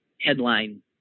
headline